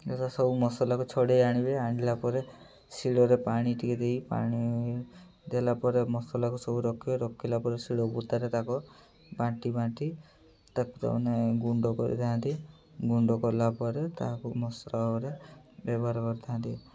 ସବୁ ମସଲାକୁ ଛଡ଼ାଇ ଆଣିବେ ଆଣିଲା ପରେ ଶିଳରେ ପାଣି ଟିକେ ଦେଇ ପାଣି ଦେଲା ପରେ ମସଲାକୁ ସବୁ ରଖିବେ ରଖିଲା ପରେ ଶିଳ ପୁତାରେ ତାକୁ ବାଟି ବାଟି ତାକୁ ତ ମାନେ ଗୁଣ୍ଡ କରିଥାନ୍ତି ଗୁଣ୍ଡ କଲା ପରେ ତାହାକୁ ମସଲା ଭାବରେ ବ୍ୟବହାର କରିଥାନ୍ତି